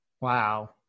Wow